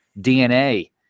DNA